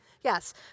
Yes